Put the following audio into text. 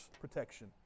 protection